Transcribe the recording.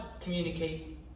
communicate